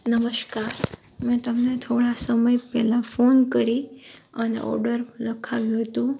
નમસ્કાર મેં તમને થોડા સમય પહેલાં ફોન કરી અને ઓડર લખાવ્યું હતું